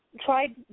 tried